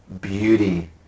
beauty